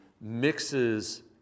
mixes